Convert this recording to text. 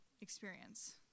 experience